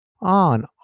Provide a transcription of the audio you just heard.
on